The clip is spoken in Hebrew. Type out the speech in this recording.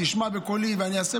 תשמע בקולי ואני אעשה,